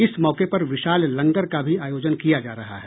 इस मौके पर विशाल लंगर का भी आयोजन किया जा रहा है